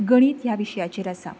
गणीत ह्या विशयाचेर आसा